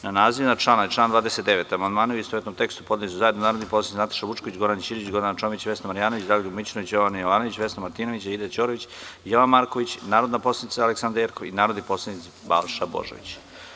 Na naziv iznad člana i član 29. amandmane u istovetnom tekstu podneli su zajedno narodni poslanici Nataša Vučković, Goran Ćirić, Gordana Čomić, Vesna Marjanović, Dragoljub Mićunović, Jovana Jovanović, Vesna Martinović, Aida Ćorović i Jovan Marković, narodni poslanici mr Aleksandra Jerkov i narodni poslanik Balša Božović.